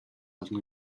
болно